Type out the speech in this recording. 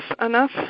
enough